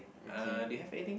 uh do you have anything